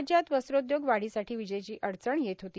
राज्यात वस्त्रोद्योग वाढीसाठी विजेची अडचण येत होती